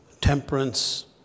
temperance